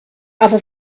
other